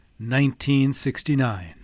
1969